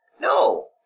No